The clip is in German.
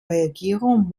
regierung